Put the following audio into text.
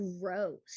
gross